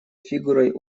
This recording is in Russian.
фигурой